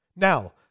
Now